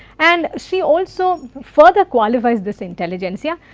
and she also further qualifies this intelligentsia,